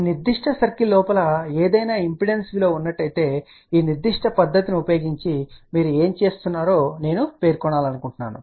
ఈ నిర్దిష్ట సర్కిల్ లోపల ఏదైనా ఇంపిడెన్స్ విలువ ఉన్నట్లైతే ఈనిర్దిష్ట పద్ధతిని ఉపయోగించి మీరు ఏమి చేస్తున్నారో నేను పేర్కొనాలనుకుంటున్నాను